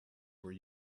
were